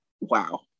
wow